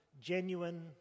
genuine